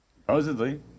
supposedly